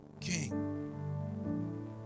king